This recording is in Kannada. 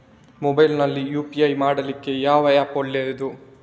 ಮೊಬೈಲ್ ನಲ್ಲಿ ಯು.ಪಿ.ಐ ಮಾಡ್ಲಿಕ್ಕೆ ಯಾವ ಆ್ಯಪ್ ಒಳ್ಳೇದು?